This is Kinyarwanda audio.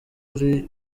ari